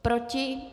Proti?